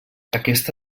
aquesta